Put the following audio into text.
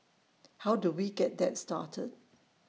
how do we get that started